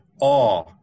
awe